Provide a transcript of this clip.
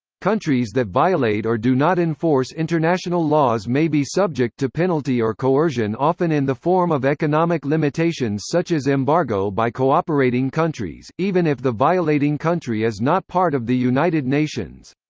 countries that violate or do not enforce international laws may be subject to penalty or coercion often in the form of economic limitations such as embargo by cooperating countries, even if the violating country is not part of the united nations.